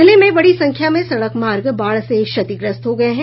जिले में बड़ी संख्या में सड़क मार्ग बाढ़ से क्षतिग्रस्त हो गये हैं